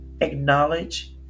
acknowledge